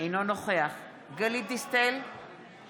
אינו נוכח גלית דיסטל אטבריאן,